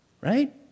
right